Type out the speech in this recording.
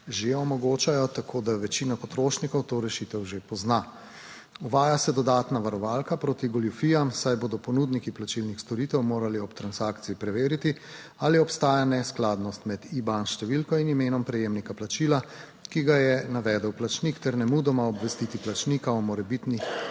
že omogočajo, tako da večina potrošnikov to rešitev že pozna. Uvaja se dodatna varovalka **32. TRAK: (TB) - 11.35** (nadaljevanje) proti goljufijam, saj bodo ponudniki plačilnih storitev morali ob transakciji preveriti, ali obstaja neskladnost med IBAN številko in imenom prejemnika plačila, ki ga je navedel plačnik, ter nemudoma obvestiti plačnika o morebitnih